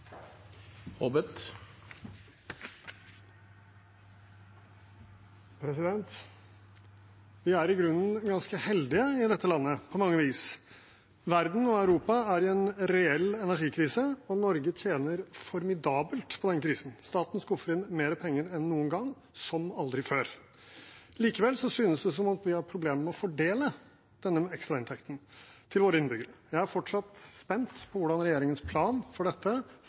Vi er i grunnen ganske heldige i dette landet, på mange vis. Verden og Europa er i en reell energikrise, og Norge tjener formidabelt på den krisen. Staten skuffer inn mer penger enn noen gang. Likevel synes det som om vi har problemer med å fordele denne ekstrainntekten til våre innbyggere. Jeg er fortsatt spent på hvordan regjeringens plan for dette